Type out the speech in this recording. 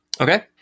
okay